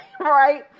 right